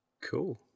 Cool